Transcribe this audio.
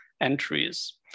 entries